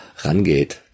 rangeht